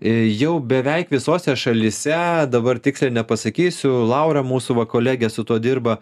jau beveik visose šalyse dabar tiksliai nepasakysiu laura mūsų va kolegė su tuo dirba